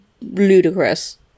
ludicrous